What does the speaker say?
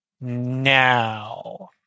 now